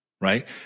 right